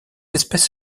espèce